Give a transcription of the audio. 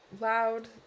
loud